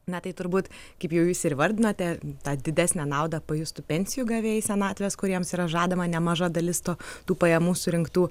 na tai turbūt kaip jau jūs ir įvardinote tą didesnę naudą pajustų pensijų gavėjai senatvės kuriems yra žadama nemaža dalis to tų pajamų surinktų